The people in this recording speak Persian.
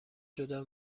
جدا